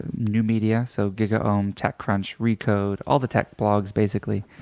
new media so gigaom, tech crunch, recode, all the tech blogs, basically.